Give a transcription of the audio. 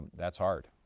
that's hard.